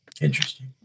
Interesting